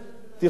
אבל,